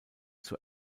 zur